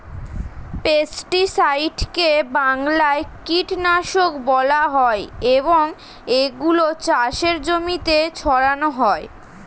পেস্টিসাইডকে বাংলায় কীটনাশক বলা হয় এবং এগুলো চাষের জমিতে ছড়ানো হয়